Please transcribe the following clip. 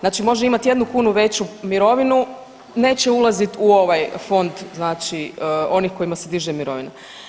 Znači može imati jednu kunu veću mirovinu neće ulazit u ovaj fond znači onih kojima se diže mirovina.